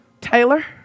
Taylor